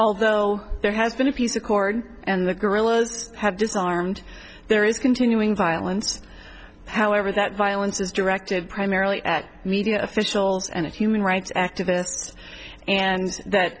although there has been a peace accord and the guerrillas have disarmed there is continuing violence however that violence is directed primarily at media officials and human rights activists and that